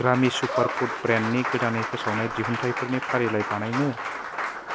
ग्रामि superfood ब्रेन्डनि गोदानै फोसावनाय दिहुनथाइफोरनि फारिलाय बानायनो